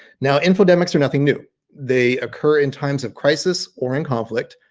now infodemics are nothing new they occur in times of crisis or in conflict,